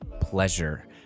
pleasure